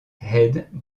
head